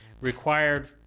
required